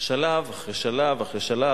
שלב אחרי שלב אחרי שלב.